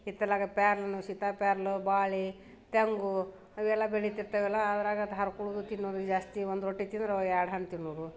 ಹಿತ್ತಲಾಗ ಪ್ಯಾರ್ಲೆ ಹಣ್ಣು ಸೀತಾ ಪ್ಯಾರ್ಲೆ ಬಾಳೆ ತೆಂಗು ಅವೆಲ್ಲ ಬೆಳೀತೀರ್ತವಲ್ಲ ಅದ್ರಾಗ ಅದು ಹರ್ಕೊಳ್ಳುದು ತಿನ್ನೋದು ಜಾಸ್ತಿ ಒಂದು ರೊಟ್ಟಿ ತಿಂದರೆ ಎರಡು ಹಣ್ಣು ತಿನ್ನೋದು